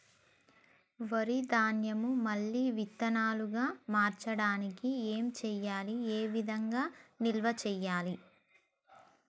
వరి ధాన్యము మళ్ళీ విత్తనాలు గా మార్చడానికి ఏం చేయాలి ఏ విధంగా నిల్వ చేయాలి?